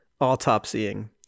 autopsying